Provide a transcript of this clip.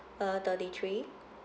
uh thirty three